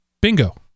Bingo